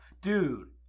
Dude